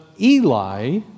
Eli